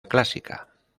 clásica